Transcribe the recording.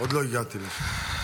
עוד לא הגעתי לשם.